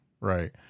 right